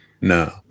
no